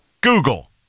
Google